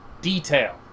detail